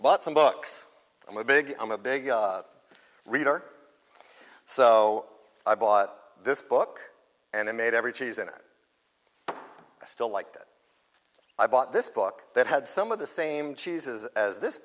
bought some books i'm a big i'm a big reader so i bought this book and i made every cheese in it i still liked it i bought this book that had some of the same cheeses as this